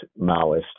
Maoist